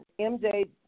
MJ